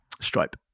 Stripe